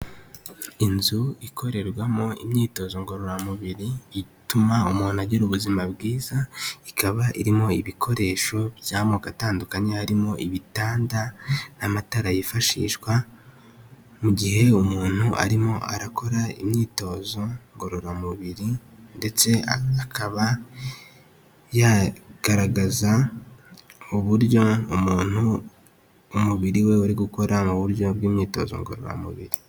Inzu ikorerwamo imyitozo ngororamubiri ituma umuntu agira ubuzima bwiza ikaba irimo ibikoresho by'amoko atandukanye harimo ibitanda n'amatara yifashishwa mu gihe umuntu arimo arakora imyitozo ngororamubiri ndetse akaba yagaragaza uburyo umuntu umubiri we uri gukora mu buryo bw'imyitozo ngororamubiri.